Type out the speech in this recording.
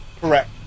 Correct